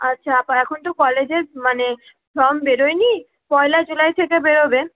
আচ্ছা আপা এখন তো কলেজের মানে ফর্ম বেরোয়নি পয়লা জুলাই থেকে বেরোবে